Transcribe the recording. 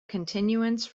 continuance